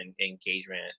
engagement